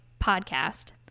podcast